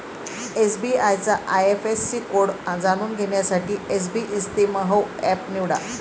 SBI चा IFSC code जाणून घेण्यासाठी एसबइस्तेमहो एप निवडा